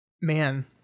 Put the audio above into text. Man